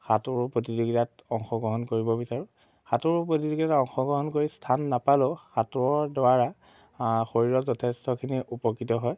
সাঁতোৰ প্ৰতিযোগীতাত অংশগ্ৰহণ কৰিব বিচাৰোঁ সাঁতোৰৰ প্ৰতিযোগীতাত অংশগ্ৰহণ কৰি স্থান নাপালেও সাঁতোৰৰ দ্বাৰা শৰীৰত যথেষ্টখিনি উপকৃত হয়